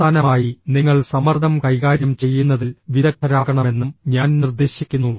അവസാനമായി നിങ്ങൾ സമ്മർദ്ദം കൈകാര്യം ചെയ്യുന്നതിൽ വിദഗ്ധരാകണമെന്നും ഞാൻ നിർദ്ദേശിക്കുന്നു